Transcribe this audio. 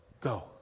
Go